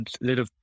little